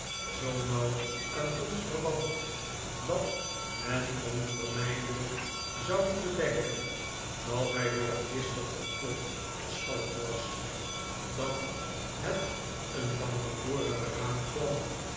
zoo nauw aan ons verwant dat men onvermijdelijk zou moeten denken dat hij door een listig complot v erschalkt was dat het een van tevoren beraamd plan